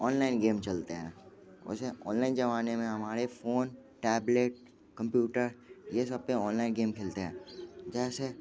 online game चलते हैं अच्छा ऑनलाइन जमाने में हमारे फोन टैबलेट कंप्यूटर ये सब पे ऑनलाइन गेम खेलते हैं जैसे